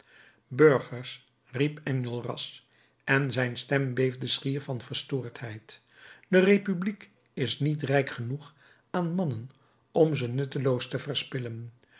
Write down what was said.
burgers riep enjolras en zijn stem beefde schier van verstoordheid de republiek is niet rijk genoeg aan mannen om ze nutteloos te verspillen